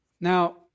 Now